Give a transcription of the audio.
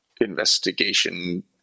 investigation